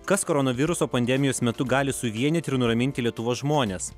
kas koronaviruso pandemijos metu gali suvienyti ir nuraminti lietuvos žmones